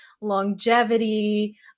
longevity